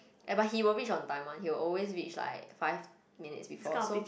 eh but he will reach on time one he will always reach like five minutes before so